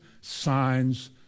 signs